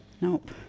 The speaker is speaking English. Nope